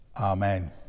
Amen